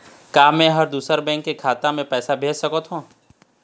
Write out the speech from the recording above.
का मैं ह दूसर बैंक के खाता म पैसा भेज सकथों?